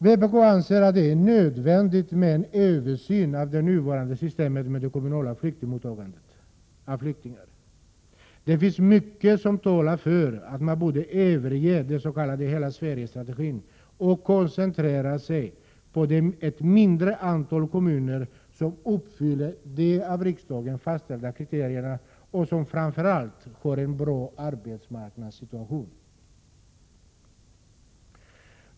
Vi i vpk anser att det är nödvändigt med en översyn av det nuvarande systemet med kommunalt omhändertagande av flyktingar. Det finns mycket som talar för att man borde överge den s.k. hela-Sverige-strategin och koncentrera sig på ett mindre antal kommuner som uppfyller de av riksdagen fastställda kriterierna och som framför allt har en bra arbetsmarknadssituation.